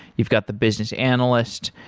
you've got the business analyst.